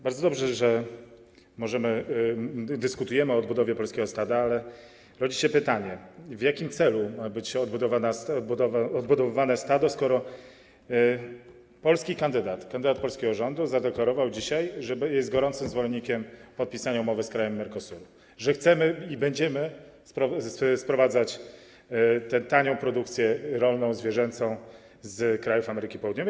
Bardzo dobrze, że dyskutujemy o odbudowie polskiego stada, ale rodzi się pytanie, w jakim celu ma być odbudowywane stado, skoro polski kandydat, kandydat polskiego rządu, zadeklarował dzisiaj, że jest gorącym zwolennikiem podpisania umowy z krajami Mercosuru, że chcemy i będziemy sprowadzać tę tanią produkcję rolną, zwierzęcą z krajów Ameryki Południowej.